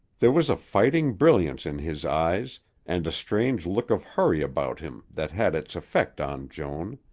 there was a fighting brilliance in his eyes and a strange look of hurry about him that had its effect on joan.